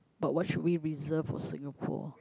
but should we reserve for Singapore